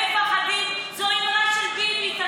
הם מפחדים, זו אמרה של ביבי.